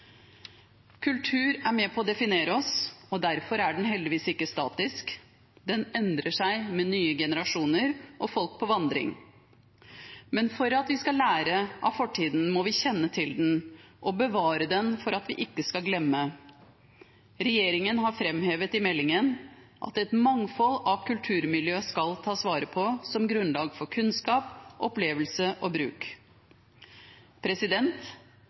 Kultur er med på å definere oss, derfor er den heldigvis ikke statisk. Den endrer seg med nye generasjoner og folk på vandring. Men for at vi skal lære av fortiden, må vi kjenne til den og bevare den for at vi ikke skal glemme. Regjeringen har framhevet i meldingen at et mangfold av kulturmiljø skal tas vare på som grunnlag for kunnskap, opplevelse og bruk.